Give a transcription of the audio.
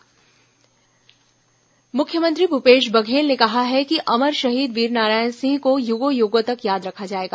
वीरनारायण सिंह मुख्यमंत्री भूपेश बघेल ने कहा है कि अमर शहीद वीरनारायण सिंह को युगों युगों तक याद रखा जाएगा